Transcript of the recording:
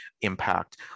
impact